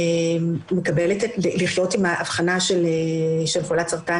מקבלת לחיות עם האבחנה של חולת סרטן,